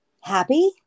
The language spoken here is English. happy